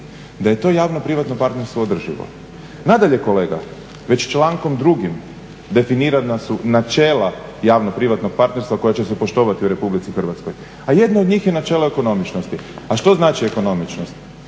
da je to javno-privatno partnerstvo održivo. Nadalje kolega, već člankom 2. definirana su načela javno-privatnog partnerstva koja će se poštovati u Republici Hrvatskoj. A jedno od njih je načelo ekonomičnosti, a što znači ekonomičnost?